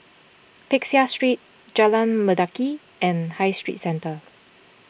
Peck Seah Street Jalan Mendaki and High Street Centre